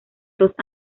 dos